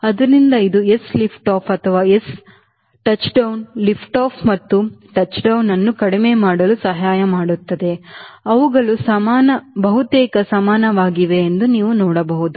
ಆದ್ದರಿಂದ ಇದು s lift off ಅಥವಾ s ಟಚ್ಡೌನ್ಲಿಫ್ಟ್ ಆಫ್ ಮತ್ತು ಟಚ್ಡೌನ್ ಅನ್ನು ಕಡಿಮೆ ಮಾಡಲು ಸಹಾಯ ಮಾಡುತ್ತದೆ ಅವುಗಳು ಬಹುತೇಕ ಸಮಾನವಾಗಿವೆ ಎಂದು ನೀವು ನೋಡಬಹುದು